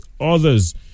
others